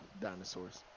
dinosaurs